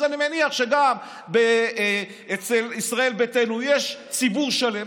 אז אני מניח שגם אצל ישראל ביתנו יש ציבור שלם